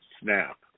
snap